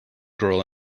girl